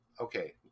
Okay